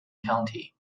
county